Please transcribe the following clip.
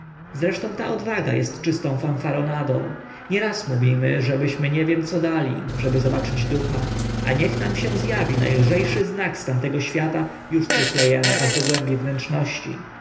zresztą ta odwaga est czystą fanfaronadą nieraz mówimy żebyśmy nie wiem co dali aby zobaczyć ducha a niech nam się ob awi na lże szy znak z tamtego świata uż truchle emy aż do głębi wnętrzności